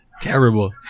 terrible